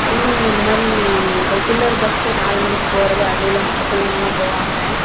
இல்லைங்க இந்தமாதிரி regular bus நாலுமணிக்கு போகிறது அதில் மற்ற பிள்ளைங்கலாம் போவாங்க